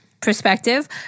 perspective